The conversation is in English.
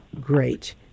Great